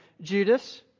Judas